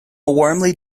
warmly